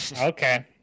Okay